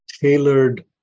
tailored